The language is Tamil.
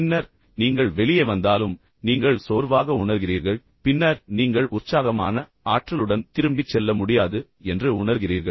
பின்னர் நீங்கள் வெளியே வந்தாலும் நீங்கள் சோர்வாக உணர்கிறீர்கள் பின்னர் நீங்கள் உற்சாகமான ஆற்றலுடன் திரும்பிச் செல்ல முடியாது என்று உணர்கிறீர்கள்